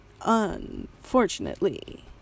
unfortunately